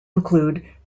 include